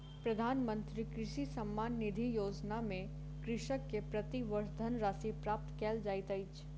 प्रधानमंत्री किसान सम्मान निधि योजना में कृषक के प्रति वर्ष धनराशि प्रदान कयल जाइत अछि